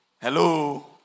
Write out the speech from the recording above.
Hello